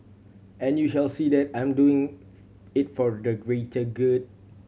and you shall see that I'm doing it for the greater good